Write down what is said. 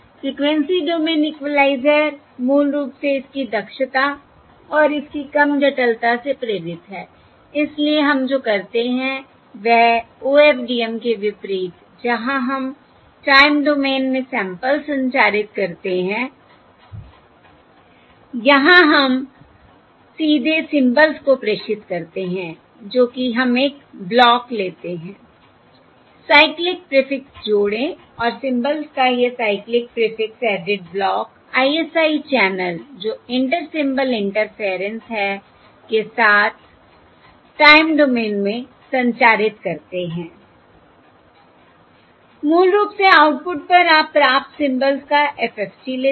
frequency domain equalizer मूल रूप से इसकी दक्षता और इसकी कम जटिलता से प्रेरित है इसलिए हम जो करते हैं वह OFDM के विपरीत जहाँ हम टाइम डोमेन में सैंपल्स संचारित करते हैं यहाँ हम सीधे सिंबल्स को प्रेषित करते हैं जो कि हम एक ब्लॉक लेते हैंI साइक्लिक प्रीफिक्स जोड़ें और सिंबल्स का यह cyclic prefix added block ISI channel जो इंटर सिंबल इंटरफेरेंस है के साथ टाइम डोमेन में संचारित करते हैंI मूल रूप से आउटपुट पर आप प्राप्त सिंबल्स का FFT लेते हैं